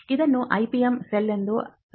ಇದನ್ನು IPM cell ಎಂದೂ ಕರೆಯುತ್ತಾರೆ